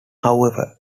however